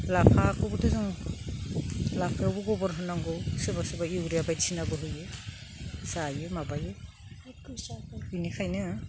लाफा खौबोथ' जों लाफायावबो गोबोर होनांगौ सोरबा सोरबा इउरिया बायदिसिनाबो होयो जायो माबायो बिनिखायनो